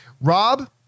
Rob